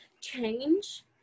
change